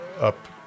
up